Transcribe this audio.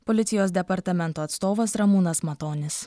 policijos departamento atstovas ramūnas matonis